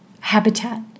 habitat